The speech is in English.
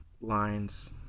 lines